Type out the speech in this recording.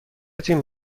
تیم